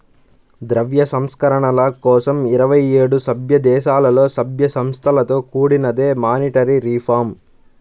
ద్రవ్య సంస్కరణల కోసం ఇరవై ఏడు సభ్యదేశాలలో, సభ్య సంస్థలతో కూడినదే మానిటరీ రిఫార్మ్